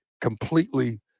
completely